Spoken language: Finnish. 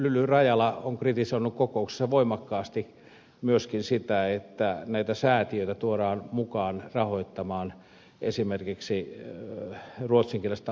lyly rajala on kritisoinut kokouksissa voimakkaasti myöskin sitä että näitä säätiöitä tuodaan mukaan rahoittamaan esimerkiksi ruotsinkielistä aamutelevisiotoimintaa